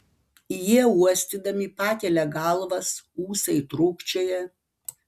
jie uostydami pakelia galvas ūsai trūkčioja